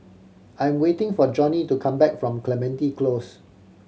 I am waiting for Johnie to come back from Clementi Close